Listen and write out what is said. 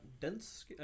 dense